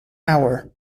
hour